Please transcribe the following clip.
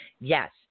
Yes